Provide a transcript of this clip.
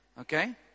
Okay